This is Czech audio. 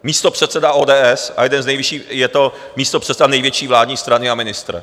Místopředseda ODS a jeden z nejvyšších, je to místopředseda největší vládní strany a ministr.